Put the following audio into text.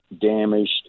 damaged